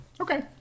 Okay